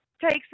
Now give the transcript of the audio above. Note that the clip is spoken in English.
takes